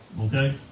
Okay